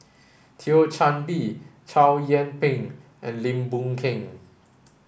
Thio Chan Bee Chow Yian Ping and Lim Boon Keng